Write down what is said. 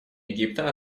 египта